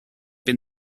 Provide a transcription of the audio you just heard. been